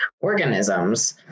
organisms